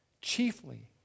chiefly